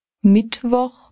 Mittwoch